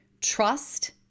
trust